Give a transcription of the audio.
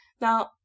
Now